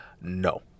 No